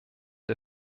der